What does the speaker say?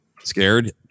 scared